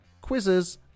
quizzes